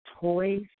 toys